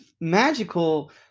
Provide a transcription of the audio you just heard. magical